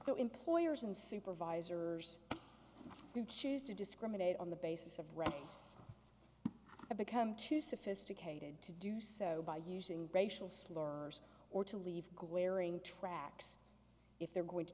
so employers and supervisors who choose to discriminate on the basis of race have become too sophisticated to do so by using racial slurs or to leave glaring tracks if they're going to